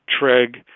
TREG